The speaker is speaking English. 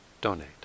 donate